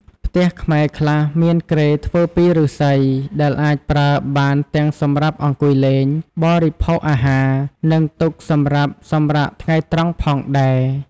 ផ្ទះខ្មែរខ្លះមានគ្រែធ្វើពីឫស្សី ដែលអាចប្រើបានទាំងសម្រាប់អង្កុយលេង បរិភោគអាហារ និងទុកសម្រាប់សម្រាកថ្ងៃត្រង់ផងដែរ។